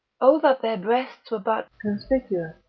o that their breasts were but conspicuous,